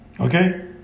Okay